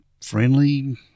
friendly